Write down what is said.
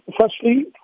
Firstly